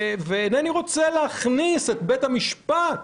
אינני רוצה להכניס את בית המשפט